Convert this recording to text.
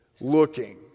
looking